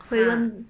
ya